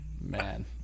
Man